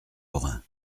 lorin